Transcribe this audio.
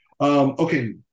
Okay